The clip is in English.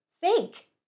fake